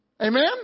Amen